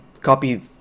copy